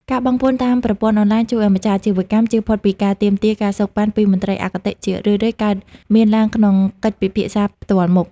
ការបង់ពន្ធតាមប្រព័ន្ធអនឡាញ ជួយឱ្យម្ចាស់អាជីវកម្មជៀសផុតពីការទាមទារ ការសូកប៉ាន់ ពីមន្ត្រីអគតិ ដែលជារឿយៗកើតមានឡើងក្នុងកិច្ចពិភាក្សាផ្ទាល់មុខ។